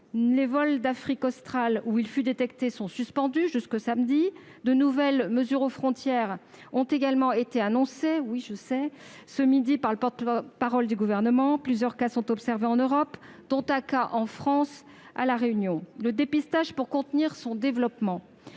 d'Afrique australe, où le variant fut détecté, sont suspendus jusqu'à samedi. De nouvelles mesures aux frontières ont également été annoncées ce midi par le porte-parole du Gouvernement. Plusieurs cas ont été observés en Europe, dont un cas en France, à La Réunion. Pour contenir son développement,